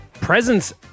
presents